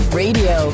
radio